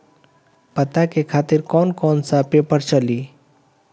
पता के खातिर कौन कौन सा पेपर चली?